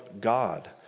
God